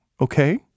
okay